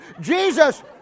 Jesus